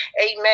Amen